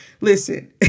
listen